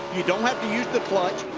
you don' have to use the clutch